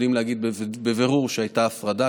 ויודעים להגיד בבירור שהייתה הפרדה,